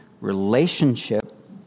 relationship